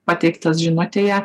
pateiktas žinutėje